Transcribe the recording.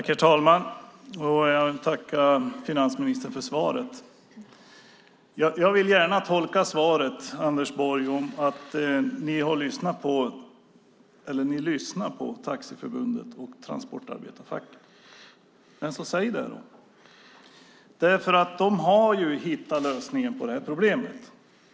Herr talman! Jag vill tacka finansministern för svaret. Jag vill gärna tolka svaret, Anders Borg, som att ni lyssnar på Taxiförbundet och Transportarbetarförbundet. Men så säg det då, för de har hittat lösningen på problemet.